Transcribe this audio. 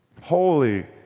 holy